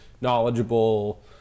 knowledgeable